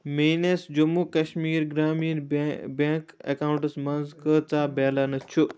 میٛٲنِس Jammu Kashmir Grameen bank accounts منٛز کٲژاہ بیلینٕس چھُ